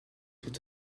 tout